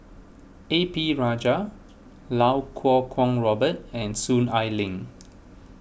A P Rajah Lau Kuo Kwong Robert and Soon Ai Ling